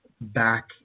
back